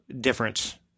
difference